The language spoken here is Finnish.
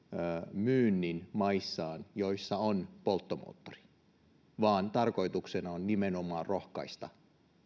myynnin joissa on polttomoottori tarkoituksena on nimenomaan rohkaista